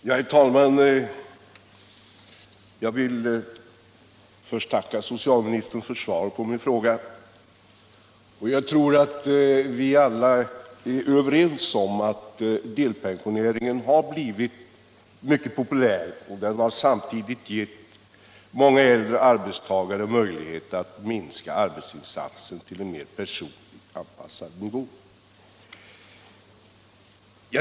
Herr talman! Jag vill först tacka socialministern för svaret på min fråga. Jag tror att vi alla är överens om att delpensioneringen har blivit mycket populär och gett många äldre arbetstagare möjlighet att minska arbetsinsatsen till en mer personligt anpassad nivå.